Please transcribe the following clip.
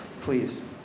please